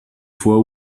fois